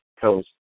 Coast